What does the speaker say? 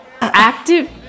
active